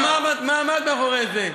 אבל מה עמד מאחורי זה?